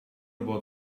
about